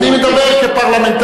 אני מדבר כפרלמנטר,